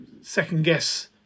second-guess